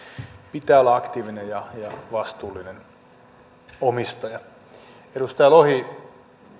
pitää olla aktiivinen ja vastuullinen omistaja edustaja lohi